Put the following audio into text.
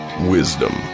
Wisdom